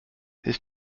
his